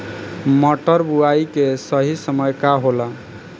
मटर बुआई के सही समय का होला?